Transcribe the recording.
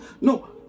No